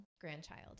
grandchild